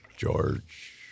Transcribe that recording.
George